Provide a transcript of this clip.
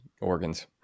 organs